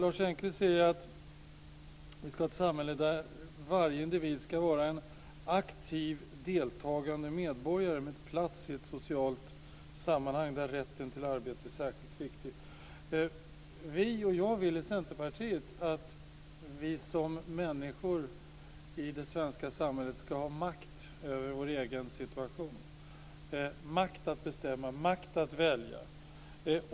Lars Engqvist säger att vi ska ha ett samhälle där varje individ ska vara en aktiv, deltagande medborgare med plats i ett socialt sammanhang, där rätten till arbete är särskilt viktig. Vi i Centerpartiet, och jag, vill att vi som människor i det svenska samhället ska ha makt över vår egen situation - makt att bestämma och makt att välja.